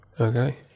Okay